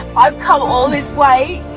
i've come um all this way,